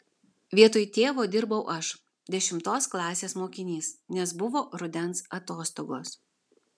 vietoj tėvo dirbau aš dešimtos klasės mokinys nes buvo rudens atostogos